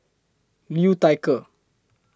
Liu Thai Ker